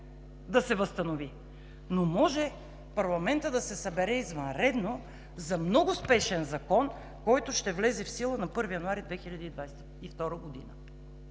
да се възстанови, но може парламентът да се събере извънредно за много спешен закон, който ще влезе в сила на 1 януари 2022 г.?!